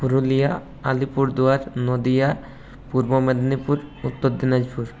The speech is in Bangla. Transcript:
পুরুলিয়া আলিপুরদুয়ার নদীয়া পূর্ব মেদিনীপুর উত্তর দিনাজপুর